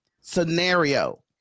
scenario